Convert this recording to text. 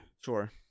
Sure